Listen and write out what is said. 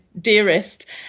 dearest